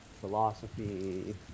philosophy